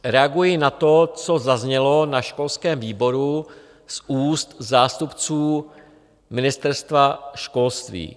Reaguji na to, co zaznělo na školském výboru z úst zástupců Ministerstva školství.